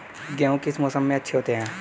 गेहूँ किस मौसम में अच्छे होते हैं?